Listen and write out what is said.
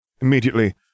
Immediately